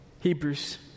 Hebrews